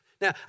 Now